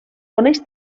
coneix